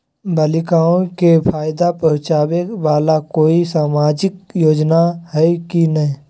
बालिकाओं के फ़ायदा पहुँचाबे वाला कोई सामाजिक योजना हइ की नय?